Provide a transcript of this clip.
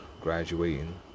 graduating